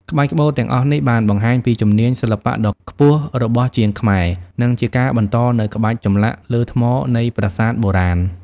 ក្បាច់ក្បូរទាំងអស់នេះ បានបង្ហាញពីជំនាញសិល្បៈដ៏ខ្ពស់របស់ជាងខ្មែរ និងជាការបន្តនូវក្បាច់ចម្លាក់លើថ្មនៃប្រាសាទបុរាណ។